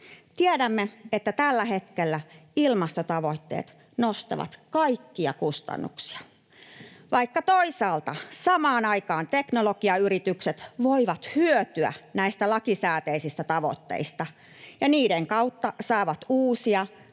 Tiedämme, että tällä hetkellä ilmastotavoitteet nostavat kaikkia kustannuksia, vaikka toisaalta samaan aikaan teknologiayritykset voivat hyötyä näistä lakisääteisistä tavoitteista ja saavat niiden kautta uusia